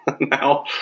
now